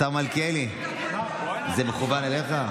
השר מלכיאלי, זה מכוון אליך?